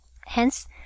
Hence